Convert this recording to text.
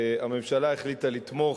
הממשלה החליטה לתמוך,